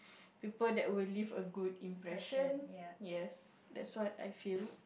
people that will leave a good impression yes that's what I feel